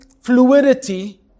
fluidity